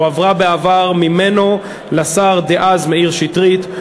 בעבר ממנו לשר דאז מאיר שטרית,